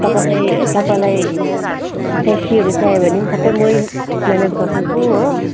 तपाईँलाई तपाईँलाई ट्याक्सीहरू चाहियो भने पनि सबै मै म्यानेज गरिदिन्छु हो